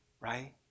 right